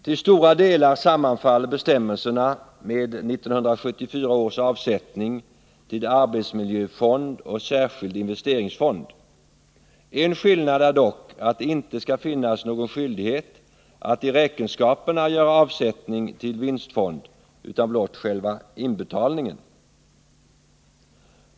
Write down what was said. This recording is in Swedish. Till stora delar sammanfaller bestämmelserna med 1974 års avsättning till arbetsmiljöfond och särskild investeringsfond. En skillnad är dock att det inte skall finnas någon skyldighet att i räkenskaperna göra avsättning till vinstfond utan blott själva inbetalningen.